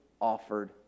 offered